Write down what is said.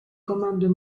comando